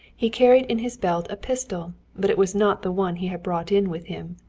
he carried in his belt a pistol, but it was not the one he had brought in with him.